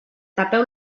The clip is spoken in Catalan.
tapeu